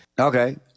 Okay